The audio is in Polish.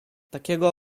takiego